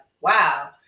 wow